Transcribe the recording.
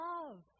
Love